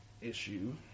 issue